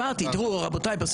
תראו רבותיי,